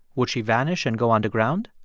would she vanish and go underground?